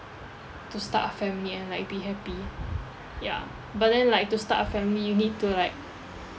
to start a family and like be happy ya but then like to start a family you need to like